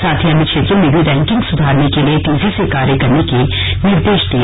साथ ही अन्य क्षेत्रों में भी रैंकिंग सुधारने के लिए तेजी से कार्य करने के निर्देश दिए